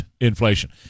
inflation